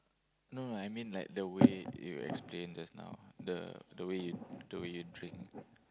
no no I mean like the way you explain just now the the way you the way you drink